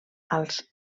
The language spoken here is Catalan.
als